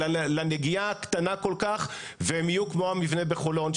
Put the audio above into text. אלא לנגיעה הקטנה כל כך והם יהיו כמו המבנה בחולון,